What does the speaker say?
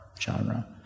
genre